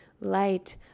light